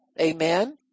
Amen